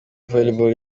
volleyball